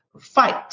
fight